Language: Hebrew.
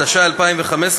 התשע"ה 2015,